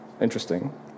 Interesting